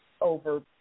over